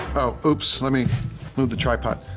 oops, let me move the tripod.